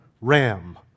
RAM